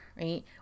right